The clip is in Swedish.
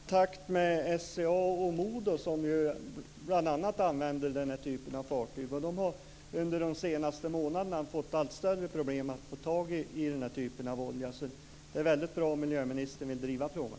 Fru talman! Jag har varit i kontakt med SCA och Modo som använder bl.a. den här typen av fartyg. Under de senaste månaderna har de fått allt större problem med att få tag i lågsvavlig bunkerolja. Det är väldigt bra om miljöministern vill driva frågan.